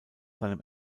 seinem